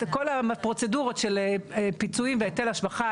כל הפרוצדורות של פיצויים בהיטל השבחה,